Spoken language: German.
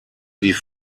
die